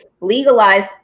legalize